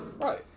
Right